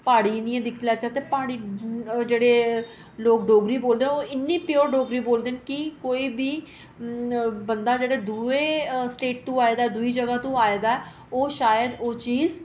प्हाड़ी दिक्खी लैचे ते प्हाड़ी जेह्ड़े लोक डोगरी बलोदे न ओह् इन्नी प्योर डोगरी बोलदे न कि कोई बी बंदा जेह्ड़ा दूए स्टेट तू आए दा दूई जगह तू आए दा ओह् शायद ओह् चीज